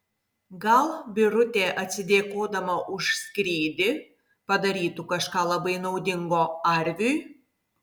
gal birutė atsidėkodama už skrydį padarytų kažką labai naudingo arviui